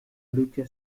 lucha